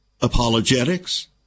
apologetics